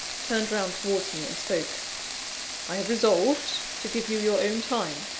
turned round towards me, and spoke i have resolved to give you your own time,